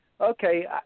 okay